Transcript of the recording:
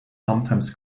sometimes